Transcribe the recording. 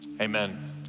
amen